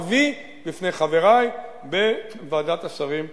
אביא בפני חברי בוועדת השרים לחקיקה.